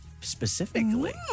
specifically